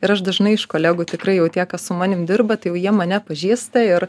ir aš dažnai iš kolegų tikrai jau tie kas su manim dirba tai jau jie mane pažįsta ir